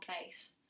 place